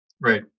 Right